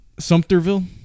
Sumterville